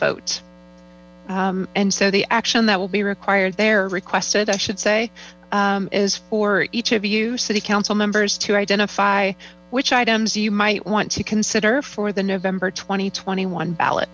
vote and so the action that will be required t they're requested i should say is for each of you city council members to identify which items you might want to consider for the november twenty twenty one ballot